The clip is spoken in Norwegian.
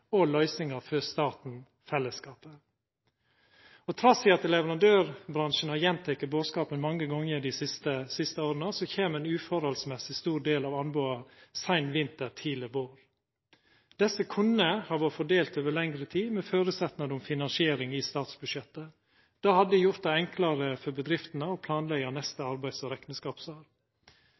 dyrare løysingar for staten og fellesskapen. Trass i at leverandørbransjen har gjenteke bodskapen mange gonger dei siste åra, kjem ein etter måten stor del av anboda seint om vinteren eller tidleg om våren. Desse kunne vore fordelt over lengre tid med føresetnad om finansiering i statsbudsjettet. Det hadde gjort det enklare for bedriftene å planleggja neste arbeidsår og